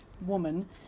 woman